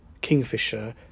Kingfisher